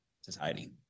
society